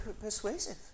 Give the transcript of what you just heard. persuasive